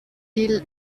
dil